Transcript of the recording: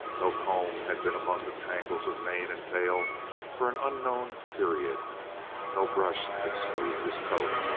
no comb had been among the tangles of mane and tail for an unknown period no brush had smoothed his coat.